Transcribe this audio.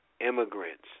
immigrants